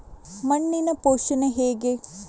ಮಣ್ಣಿನ ಪೋಷಣೆ ಹೇಗೆ?